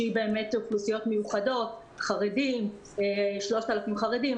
שהיא באמת לאוכלוסיות מיוחדות 3,000 חרדים,